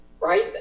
right